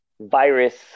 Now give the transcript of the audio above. virus